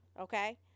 okay